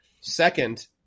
second